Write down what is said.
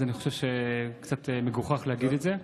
אז אני חושב שזה קצת מגוחך להגיד את זה.